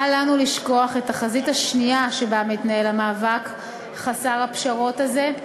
אל לנו לשכוח את החזית השנייה שבה מתנהל המאבק חסר הפשרות הזה,